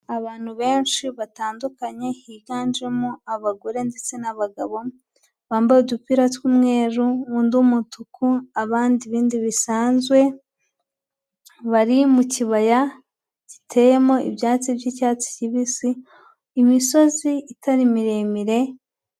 Abantu benshi batandukanye higanjemo abagore ndetse n'abagabo, bambaye udupira tw'umweru undi umutuku abandi ibindi bisanzwe, bari mu kibaya giteyemo ibyatsi by'icyatsi kibisi, imisozi itari miremire.